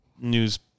news